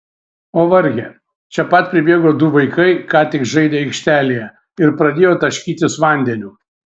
o varge čia pat pribėgo du vaikai ką tik žaidę aikštelėje ir pradėjo taškytis vandeniu